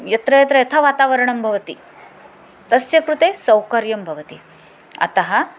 यत्र यत्र यथा वातावरणं भवति तस्य कृते सौकर्यं भवति अतः